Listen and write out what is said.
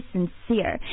Sincere